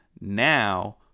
now